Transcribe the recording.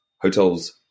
Hotels